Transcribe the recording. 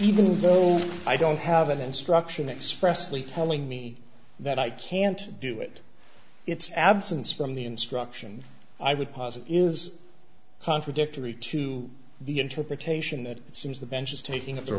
even though i don't have an instruction expressly telling me that i can't do it its absence from the instruction i would posit is contradictory to the interpretation that it seems the bench is taking if there